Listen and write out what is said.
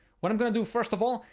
what i'm going to do, first of all,